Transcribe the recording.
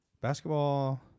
Basketball